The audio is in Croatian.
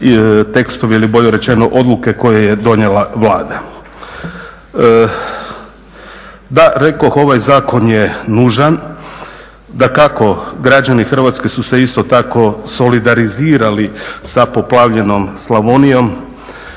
tekstove ili bolje rečeno odluke koje je donijela Vlada. Da rekoh, ovaj zakon je nužan. Dakako građani Hrvatske su se isto tako solidarizirali sa poplavljenom Slavonijom.